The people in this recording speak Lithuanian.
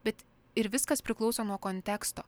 bet ir viskas priklauso nuo konteksto